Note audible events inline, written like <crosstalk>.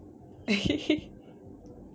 <laughs>